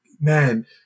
man